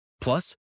Plus